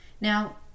Now